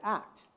act